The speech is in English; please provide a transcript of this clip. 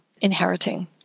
inheriting